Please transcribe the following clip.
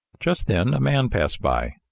just then a man passed by,